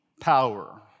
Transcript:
power